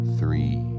three